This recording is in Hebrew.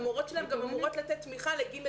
המורות שלהן אמורות לתת תמיכה גם לכיתות